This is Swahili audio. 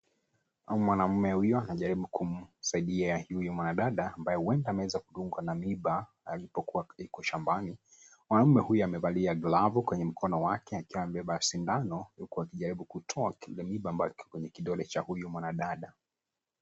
Mwanaume huyu anajaribu kumsaidia huyu mwanadada ambaye huenda ameweza kudungwa na mwiba alipokuwa yuko shambani. Mwanaume huyu amevalia glavu kwenye mkono wake akiwa amebeba sindano huku akijaribu kutoa kile miiba ambacho kiko kwenye kidole cha huyu mwanadada.